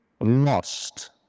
lost